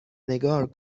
نگار